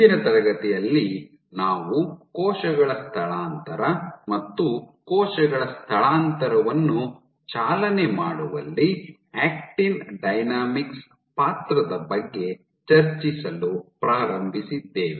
ಹಿಂದಿನ ತರಗತಿಯಲ್ಲಿ ನಾವು ಕೋಶಗಳ ಸ್ಥಳಾಂತರ ಮತ್ತು ಕೋಶಗಳ ಸ್ಥಳಾಂತರವನ್ನು ಚಾಲನೆ ಮಾಡುವಲ್ಲಿ ಆಕ್ಟಿನ್ ಡೈನಾಮಿಕ್ಸ್ ಪಾತ್ರದ ಬಗ್ಗೆ ಚರ್ಚಿಸಲು ಪ್ರಾರಂಭಿಸಿದ್ದೇವೆ